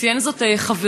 ציין זאת חברי,